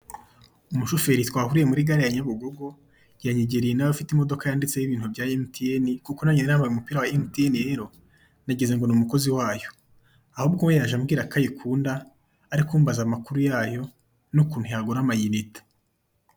Umushoferi twahuriye muri gare ya Nyabugogo, yanyegereye nawe afite imodoka yanditseho ibintu bya emutiyene, kuko nange nari nambaye umupira wa emutiyene rero nagize ngo ni umukozi wayo ahubwo we yaje ambwira ko ayikunda ari kumbaza amakuru yayo n'ukuntu yagura amayinite.